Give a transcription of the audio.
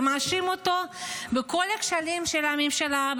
ומאשים אותו בכל הכשלים של הממשלה,